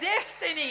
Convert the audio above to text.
destiny